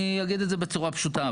אני אגיד את זה בצורה פשוטה,